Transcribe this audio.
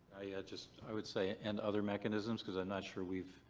i yeah just. i would say, and other mechanisms, because i'm not sure we've.